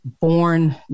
born